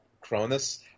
cronus